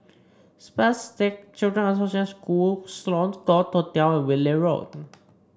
Spastic Children's Association School Sloane Court Hotel and Whitley Road